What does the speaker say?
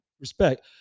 respect